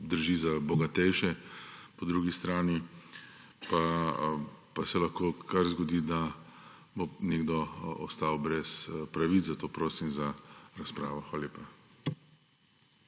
drži za bogatejše, po drugi strani pa se lahko kar zgodi, da bo nekdo ostal brez pravic. Zato prosim za razpravo. Hvala lepa.